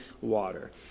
water